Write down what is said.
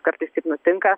kartais taip nutinka